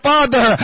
Father